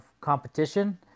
competition